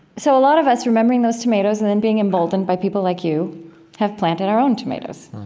so a lot of us remembering those tomatoes and then being emboldened by people like you have planted our own tomatoes,